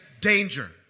danger